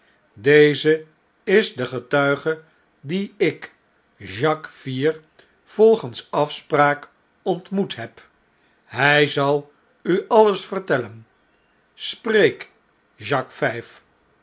deze is de getuige dien ik jacques vier volgens afspraak ontmoet heb hjj zal u alles vertellen spreek